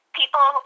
people